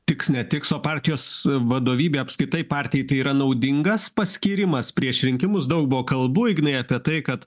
tiks netiks o partijos vadovybė apskritai partijai tai yra naudingas paskyrimas prieš rinkimus daug buvo kalbų ignai apie tai kad